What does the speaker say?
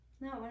no